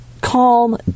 calm